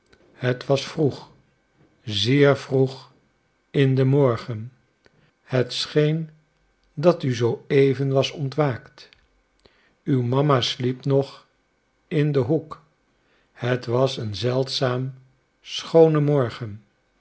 het was vroeg zeer vroeg in den morgen het scheen dat u zooeven was ontwaakt uw mama sliep nog in den hoek het was een zeldzaam schoone morgen